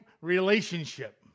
relationship